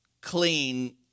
clean